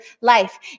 life